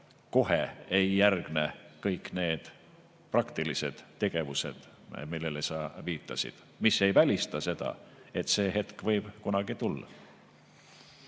ei järgne kohe kõik need praktilised tegevused, millele sa viitasid. See ei välista aga seda, et see hetk võib kunagi tulla.